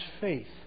faith